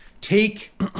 take